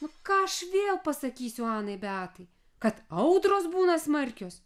nu ką aš vėl pasakysiu anai beatai kad audros būna smarkios